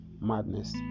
madness